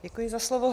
Děkuji za slovo.